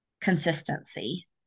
consistency